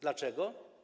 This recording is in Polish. Dlaczego?